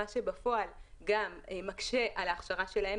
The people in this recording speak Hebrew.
מה שבפועל גם מקשה על ההכשרה שלהם,